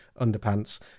underpants